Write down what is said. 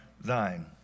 thine